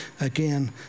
again